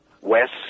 west